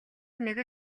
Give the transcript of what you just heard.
нэг